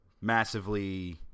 massively